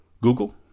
Google